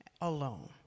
alone